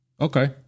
Okay